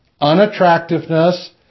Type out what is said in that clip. unattractiveness